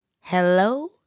Hello